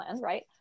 right